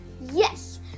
yes